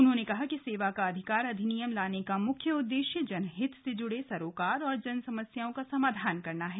उन्होंने कहा कि सेवा का अधिकार अधिनियम लाने का मुख्य उद्देश्य जन हित से जुड़े सरोकार और जन समस्याओं का समाधान करना है